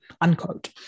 Unquote